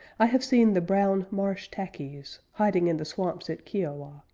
i have seen the brown marsh tackies, hiding in the swamps at kiawah,